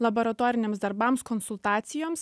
laboratoriniams darbams konsultacijoms